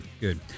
Good